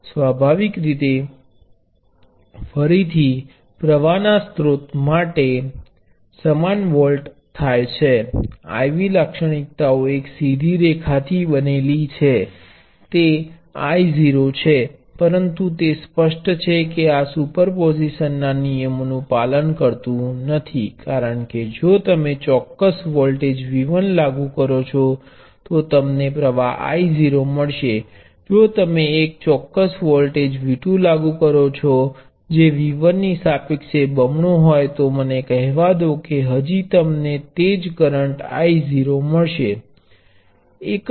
સ્વાભાવિક રીતે ફરીથી પ્રવાહ ના સ્ત્રોત માટે સમાન વોલ્ટ થાય છે IV લાક્ષણિકતાઓ એક સીધી રેખા થી બનેલી છે તે I0છે પરંતુ તે સ્પષ્ટ છે કે આ સુપરપોઝિશન ના નિયમો નુ પાલન કરતો નથી કારણ કે જો તમે ચોક્કસ વોલ્ટેજ V1 લાગુ કરો છો તો તમને પ્ર્વાહ I0મળશે જો તમે એક ચોક્કસ વોલ્ટેજ V2 લાગુ કરો છો જે V1 ની સાપેક્ષે બમણો હોય તો મને કહેવા દો કે હજી તમને તેજ કરંટ I0 મળશે જે એક જ છે